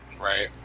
Right